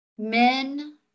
Men